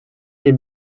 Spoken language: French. les